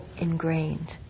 ingrained